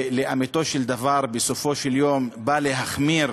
שלאמיתו של דבר, בסופו של יום, בא להחמיר